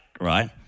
right